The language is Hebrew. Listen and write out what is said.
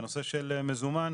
בנושא של מזומן,